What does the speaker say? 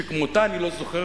שכמותה אני לא זוכר,